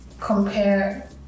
compare